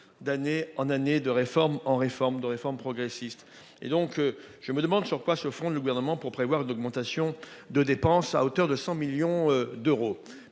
d'année en année, de réforme progressiste en réforme progressiste. Aussi, je me demande sur quoi se fonde le Gouvernement pour prévoir une augmentation de dépenses à hauteur de 100 millions d'euros.